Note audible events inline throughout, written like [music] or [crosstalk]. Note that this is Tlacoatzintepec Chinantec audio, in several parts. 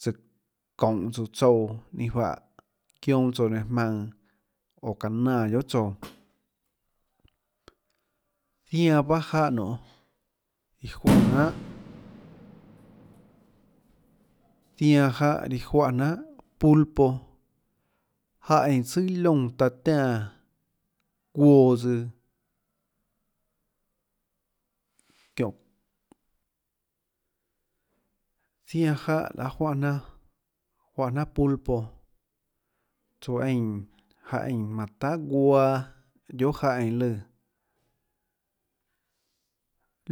Tsøã çounhå tsøã tsouã ninâ juáhã guionâ tsouã nainhå jmaønã oã çaâ nánã guiohà tsouã, zianã paâ jáhã nonê, iã juáhã [noise] jnanhà zianã jáhã riã juáhã jnanhà pulpo, jáhã éinã tsùà liónã taã tiánã çuoã tsøã, çióhå, zianã jáhã liaê juáhã, juánhã jnaàpulpo tsoå éinã, jáhã eínã manã tahà juaâ guiohà jáhã eínãlùã.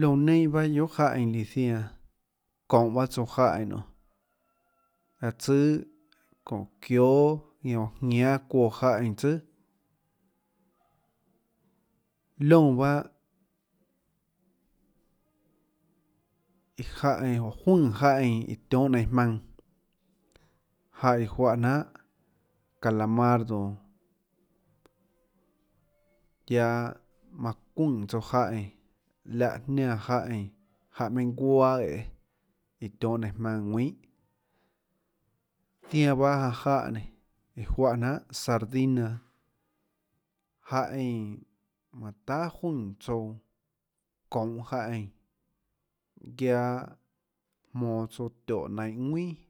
lióã neinâ paâ guiohà jáhã eínã líã zianã çonå paâ tsouã jáhã eínã nionê raâ tsùà çóhã çióâ oã jñánâ çuoã jáhã eínã tsùà. liónã pahâ iã juønè jáhã eínã tiohâ nainhå maønã jáhã eínã juáhã jnahà calamardo, guiaâ manã çuønè tsouã jáhã eínã liáhã jniáã jáhã eínã, jáhã meinhâ guaâ æê. iã tionhâ nainhå jmaønã ðuinhà zianã paâ janã jáhã juáhã jnanhà sardina jáhã eínã tahà juønè tsouã çounhå jáhã eínã guiaâ jmonå tsouã tióhã nainhå ðuinà.